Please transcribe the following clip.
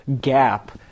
gap